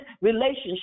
relationship